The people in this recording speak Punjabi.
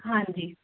ਹਾਂਜੀ